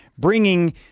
bringing